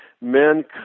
Men